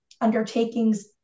undertakings